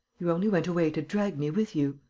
you only went away to drag me with you?